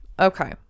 Okay